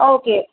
okay